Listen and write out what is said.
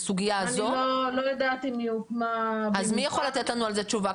אז מי יכול לתת לנו על זה תשובה?